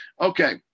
Okay